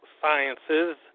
sciences